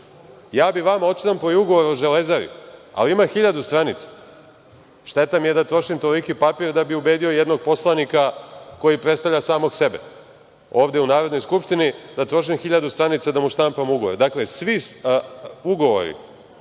bih vama odštampao i ugovor o „Železari“, ali ima hiljadu stranica. Šteta mi je da trošim toliki papir da bih ubedio jednog poslanika koji predstavlja samog sebe. Ovde u Narodnoj skupštini da trošim hiljadu stranica da mu štampam ugovore. Dakle, svi ugovori,